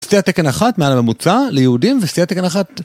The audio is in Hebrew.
סטית תקן אחת מעל הממוצע ליהודים וסטית תקן אחת